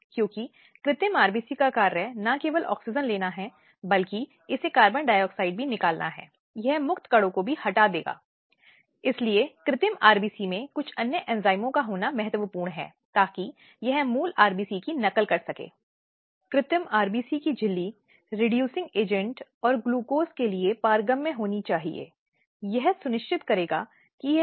कहीं न कहीं दहेज की अवधारणा ने भी कई मामलों को जन्म दिया है जिसके परिणामस्वरूप कई दुर्भाग्यपूर्ण मामले हैं परिवार के भीतर युवा विवाहित महिलाओं की मृत्यु दूल्हे के परिवार में युवा विवाहित दुल्हनें